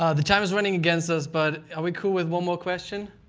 um the time is running against us, but are we cool with one more question?